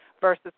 versus